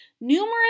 Numerous